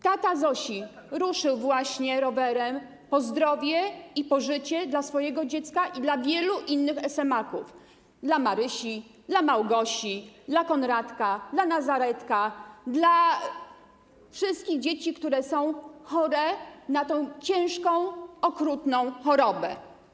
Tata Zosi ruszył właśnie rowerem po zdrowie i po życie dla swojego dziecka i dla wielu innych SMA-ków: dla Marysi, dla Małgosi, dla Konradka, dla Nazarka, dla wszystkich dzieci, które są chore na tę ciężką, okrutną chorobę.